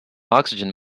oxygen